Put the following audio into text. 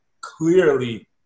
clearly